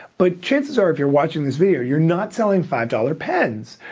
but chances are if you're watching this video you're not selling five dollars pens.